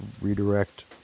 redirect